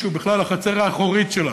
שהוא בכלל החצר האחורית שלנו.